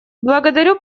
благодарю